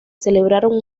celebraron